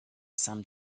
some